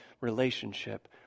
relationship